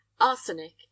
arsenic